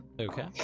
Okay